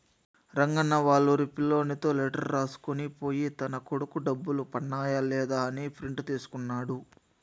రంగన్న వాళ్లూరి పిల్లోనితో లెటర్ రాసుకొని పోయి తన కొడుకు డబ్బులు పన్నాయ లేదా అని ప్రింట్ తీసుకున్నాడు